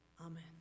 Amen